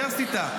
מהאוניברסיטה,